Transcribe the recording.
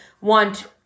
want